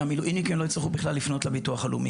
שהמילואימניקים לא יצטרכו בכלל לפנות לביטוח הלאומי,